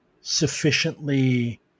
sufficiently